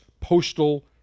postal